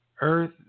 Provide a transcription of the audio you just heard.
earth